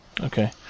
Okay